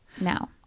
Now